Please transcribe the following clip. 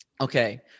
Okay